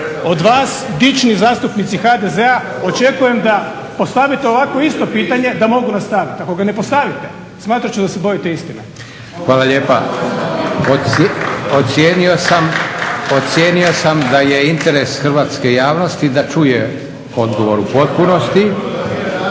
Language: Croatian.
od vas dični zastupnici HDZ-a očekujem da postavite ovakvo isto pitanje da mogu nastaviti. Ako ga ne postavite smatrat ću da se bojite istine. /Pljesak./ **Leko, Josip (SDP)** Hvala lijepa. Ocijenio sam da je interes hrvatske javnosti da čuje odgovor u potpunosti.